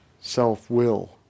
self-will